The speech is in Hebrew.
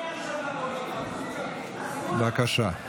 בבקשה.